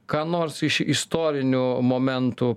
ką nors iš istorinių momentų